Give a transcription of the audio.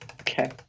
Okay